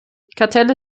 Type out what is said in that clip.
kartelle